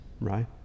right